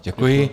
Děkuji.